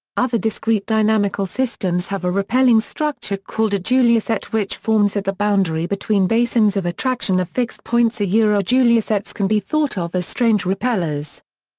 other discrete dynamical systems have a repelling structure called a julia set which forms at the boundary between basins of attraction of fixed points ah ah julia sets can be thought of as strange repellers.